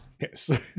Yes